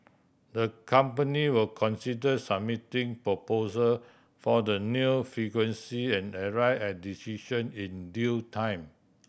the company will consider submitting proposals for the new frequency and arrive at decision in due time